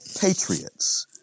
patriots